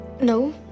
No